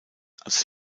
als